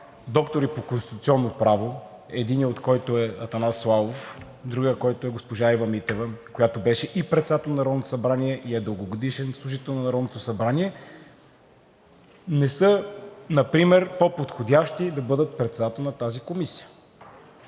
доктори по конституционно право, единият от които е Атанас Славов, другият е госпожа Ива Митева, която беше и председател на Народното събрание, и дългогодишен служител на Народното събрание, не са например по-подходящи да бъдат председатели на тази комисия?